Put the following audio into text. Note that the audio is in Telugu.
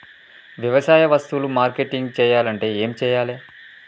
వ్యవసాయ వస్తువులు మార్కెటింగ్ చెయ్యాలంటే ఏం చెయ్యాలే?